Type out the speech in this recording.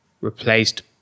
replaced